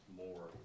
more